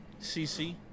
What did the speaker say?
CC